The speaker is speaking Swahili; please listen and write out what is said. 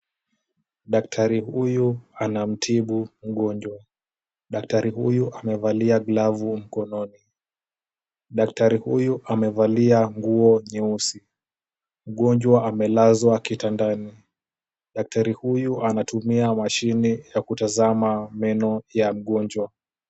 Daktari huyu anamtibu mgonjwa. Daktari huyu amevalia glavu mkononi. Daktari huyu amevalia nguo nyeusi. Mgonjwa amelazwa kitandani. Daktari huyu anatumia mashine ya kutazama meno ya mgonjwa.